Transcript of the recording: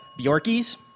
Bjorkies